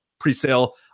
pre-sale